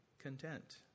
content